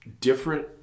Different